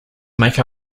make